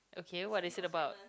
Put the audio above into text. okay what they said about